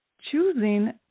Choosing